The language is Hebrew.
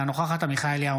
אינה נוכחת עמיחי אליהו,